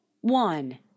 one